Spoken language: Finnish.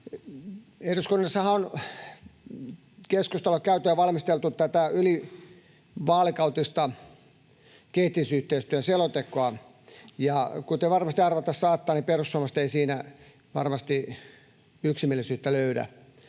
Eduskunnassahan on keskustelua käyty ja valmisteltu tätä ylivaalikautista kehitysyhteistyön selontekoa, ja kuten varmasti arvata saattaa, niin perussuomalaiset eivät siinä varmasti yksimielisyyttä löydä.